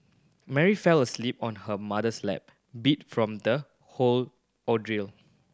Mary fell asleep on her mother's lap beat from the whole ordeal